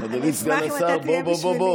אני אשמח אם אתה תהיה בשבילי.